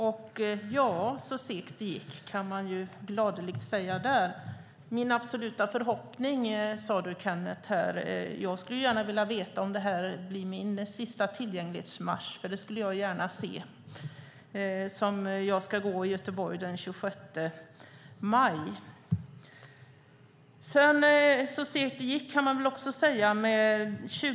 Så segt det gick, kan man gladeligen säga i det fallet. Du sade att det var din absoluta förhoppning, Kenneth. Jag ska gå tillgänglighetsmarschen i Göteborg den 26 maj. Jag skulle gärna vilja veta om det här blir min sista tillgänglighetsmarsch, för det skulle jag gärna se. Så segt det gick, kan man väl också säga om något annat.